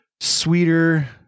sweeter